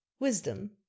wisdom